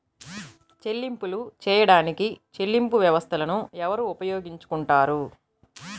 చెల్లింపులు చేయడానికి చెల్లింపు వ్యవస్థలను ఎవరు ఉపయోగించుకొంటారు?